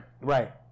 Right